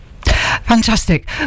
fantastic